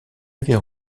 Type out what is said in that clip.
avait